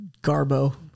garbo